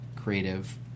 creative